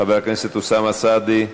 חבר הכנסת אוסאמה סעדי.